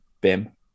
Bim